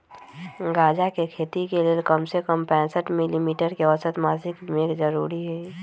गजा के खेती के लेल कम से कम पैंसठ मिली मीटर के औसत मासिक मेघ जरूरी हई